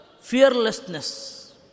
fearlessness